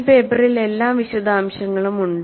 ഈ പേപ്പറിൽ എല്ലാ വിശദാംശങ്ങളും ഉണ്ട്